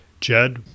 Jed